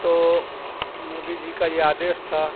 تو مودی جی کا یہ آدیش تھا